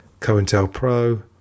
COINTELPRO